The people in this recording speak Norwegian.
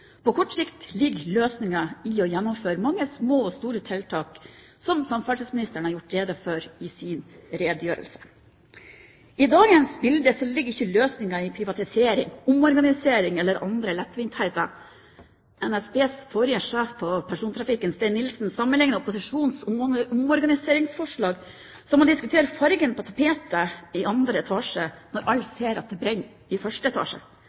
på lengre sikt. På kort sikt ligger løsningen i å gjennomføre mange små og store tiltak, som samferdselsministeren har gjort rede for i sin redegjørelse. I dagens bilde ligger ikke løsningen i privatisering, omorganisering eller andre lettvintheter. NSBs forrige sjef for persontrafikken, Stein Nilsen, sammenlignet opposisjonens omorganiseringsforslag med å diskutere fargen på tapetet i andre etasje når alle ser at det brenner i første